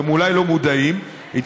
אתם אולי לא מודעים לזה,